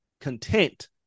content